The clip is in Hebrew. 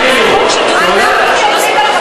והנוהל הוא שאם אתם מביאים את זה על